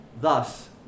Thus